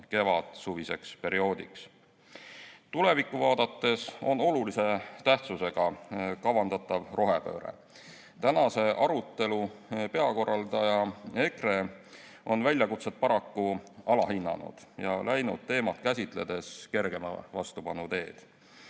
kevadsuviseks perioodiks. Tulevikku vaadates on olulise tähtsusega kavandatav rohepööre. Tänase arutelu peakorraldaja EKRE on väljakutset paraku alahinnanud ja läinud teemat käsitledes kergema vastupanu teed.